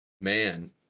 man